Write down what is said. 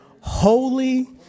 holy